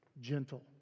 gentle